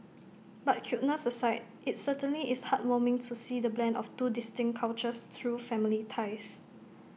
but cuteness aside IT certainly is heartwarming to see the blend of two distinct cultures through family ties